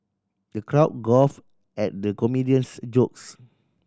the crowd guffaw at the comedian's jokes